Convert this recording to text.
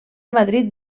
madrid